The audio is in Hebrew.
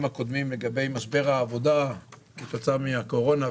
הקודמים לגבי משבר העבודה כתוצאה מהקורונה,